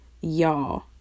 Y'all